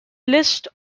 list